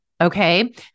Okay